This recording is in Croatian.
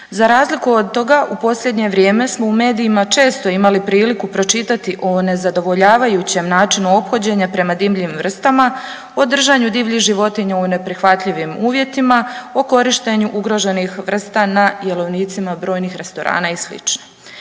Za razliku od toga u posljednje vrijeme smo u medijima često imali priliku pročitati o nezadovoljavajućem načinu ophođenja prema divljim vrstama, o držanju divljih životinja u neprihvatljivim uvjetima, o korištenju ugroženih vrsta na jelovnicima brojnih restorana i